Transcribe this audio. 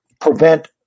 prevent